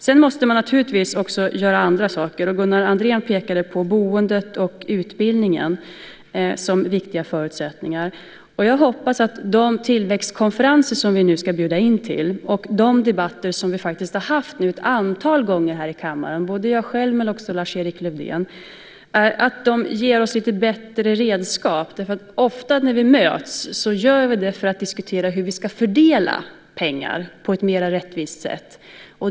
Sedan måste man naturligtvis också göra andra saker. Gunnar Andrén pekade på boendet och utbildningen som viktiga förutsättningar. Jag hoppas att de tillväxtkonferenser som vi nu ska bjuda in till och de debatter som vi har haft nu ett antal gånger här i kammaren, både jag själv och också Lars-Erik Lövdén, ger oss lite bättre redskap. Ofta när vi möts gör vi det för att diskutera hur vi ska fördela pengar på ett mer rättvist sätt.